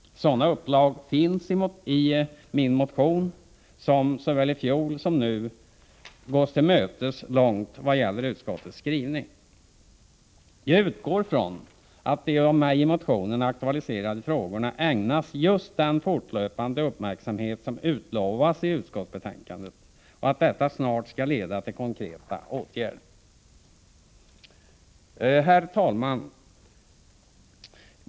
Sådana uppslag finns i min motion, som, såväl i fjol som nu, gås långt till mötes i vad gäller utskottets skrivning. Jag utgår från att de av mig i motionen aktualiserade frågorna ägnas just den fortlöpande uppmärksamhet som utlovats i utskottsbetänkandet och att detta snart kan leda till konkreta åtgärder. Herr talman!